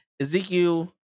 Ezekiel